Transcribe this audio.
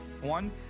One